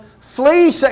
Flee